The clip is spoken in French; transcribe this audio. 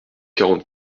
quarante